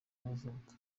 y’amavuko